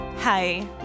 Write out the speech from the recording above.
Hi